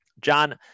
John